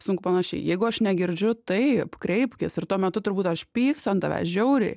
sunku panašiai jeigu aš negirdžiu taip kreipkis ir tuo metu turbūt aš pyksiu ant tavęs žiauriai